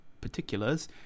particulars